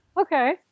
Okay